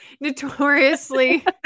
notoriously